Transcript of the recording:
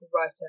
writer